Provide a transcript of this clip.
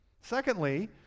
Secondly